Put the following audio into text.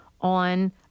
on